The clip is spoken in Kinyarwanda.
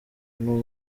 rwabo